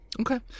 Okay